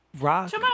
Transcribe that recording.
rock